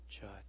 judge